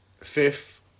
Fifth